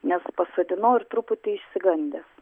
nes pasodinau ir truputį išsigandęs